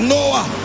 Noah